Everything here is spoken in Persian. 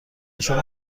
شما